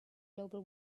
global